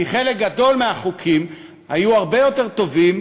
כי חלק גדול מהחוקים היו הרבה יותר טובים,